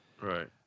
Right